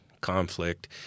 conflict